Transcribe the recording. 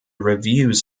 reviews